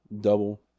double